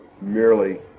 merely